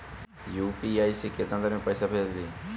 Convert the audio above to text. UPI से केतना देर मे पईसा भेजा जाई?